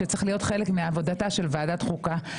שהוא צריך להיות חלק מעבודתה של ועדת החוקה,